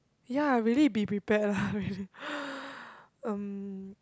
ya really be prepared lah really um